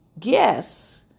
guess